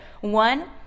one